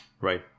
Right